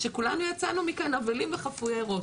שכולנו יצאנו מכאן אבלים וחפויי ראש.